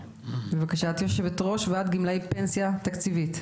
בבקשה, את יושבת ראש גמלאי פנסיה תקציבית?